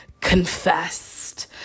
confessed